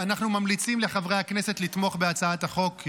אנחנו ממליצים לחברי הכנסת לתמוך בהצעת החוק.